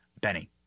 Benny